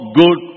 good